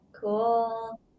cool